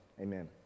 Amen